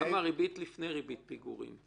כמה הריבית לפני ריבית פיגורים?